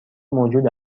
موجود